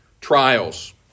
trials